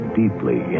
deeply